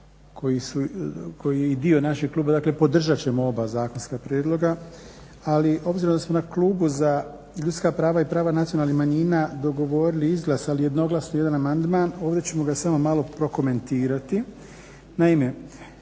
koji je dio našeg kluba dakle podržat ćemo oba zakonska prijedloga, ali obzirom da smo na Klubu za ljudska prava i prava nacionalnih manjina dogovorili i izglasali jednoglasno jedan amandman ovdje ćemo ga samo malo prokomentirati.